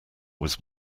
was